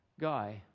guy